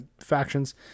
factions